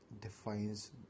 defines